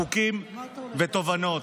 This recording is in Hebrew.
חוקים ותובנות.